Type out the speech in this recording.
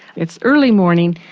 it's early morning,